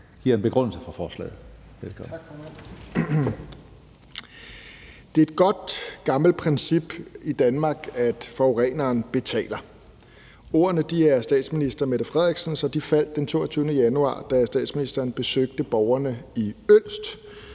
»Det er et godt gammelt princip i Danmark, at forureneren betaler.« Ordene er statsministerens, og de faldt den 22. januar, da statsministeren besøgte borgerne i Ølst,